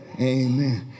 amen